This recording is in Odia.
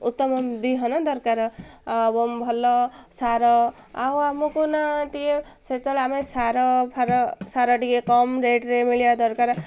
ଉତ୍ତମ ବିହନ ଦରକାର ଏବଂ ଭଲ ସାର ଆଉ ଆମକୁ ନା ଟିକେ ସେତେବେଳେ ଆମେ ସାର ଫାର ସାର ଟିକେ କମ୍ ରେଟ୍ରେ ମିଳିବା ଦରକାର